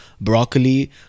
broccoli